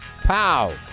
Pow